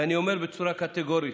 ואני אומר בצורה קטגורית: